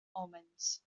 omens